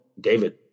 David